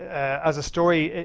as a story,